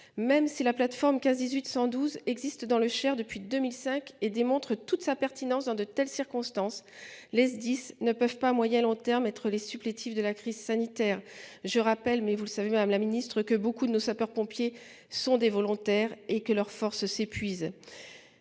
Même si la plateforme commune 15-18-112 existe dans le Cher depuis 2005 et démontre toute sa pertinence dans de telles circonstances, les Sdis ne peuvent pas à moyen et à long termes être les supplétifs dans la crise sanitaire. Je rappelle, mais vous le savez, madame la ministre, que nombre de sapeurs-pompiers sont des volontaires et que leurs forces s'épuisent.